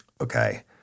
okay